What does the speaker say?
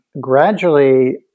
gradually